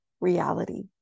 reality